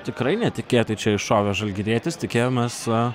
tikrai netikėtai čia iššovė žalgirietis tikėjomės a